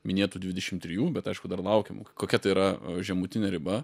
minėtų dvidešim trijų bet aišku dar laukiama kokia ta yra žemutinė riba